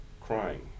crying